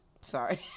Sorry